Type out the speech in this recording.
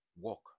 Walk